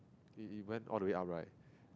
it it went all the way up right